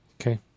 Okay